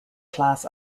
class